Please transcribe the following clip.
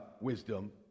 wisdom